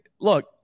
look